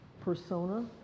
persona